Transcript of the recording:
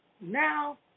Now